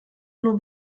nur